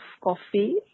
coffee